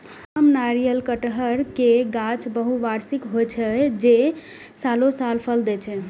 आम, नारियल, कहटर के गाछ बहुवार्षिक होइ छै, जे सालों साल फल दै छै